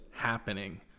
happening